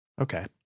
Okay